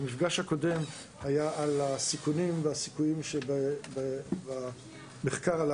המפגש הקודם היה על הסיכונים והסיכויים שבמחקר על